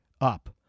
up